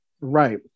Right